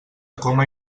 coma